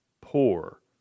poor